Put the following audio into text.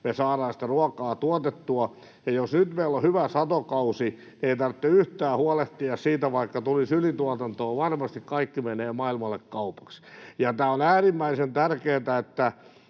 me saadaan sitä ruokaa tuotettua, ja jos nyt meillä on hyvä satokausi, niin ei tarvitse yhtään huolehtia siitä, vaikka tulisi ylituotantoa — varmasti kaikki menee maailmalle kaupaksi. Tämä on äärimmäisen tärkeätä, että